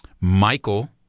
Michael